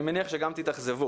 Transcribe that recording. אני מניח שגם תתאכזבו.